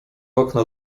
okno